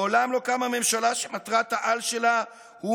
מעולם לא קמה ממשלה שמטרת-העל שלה הוא